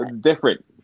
different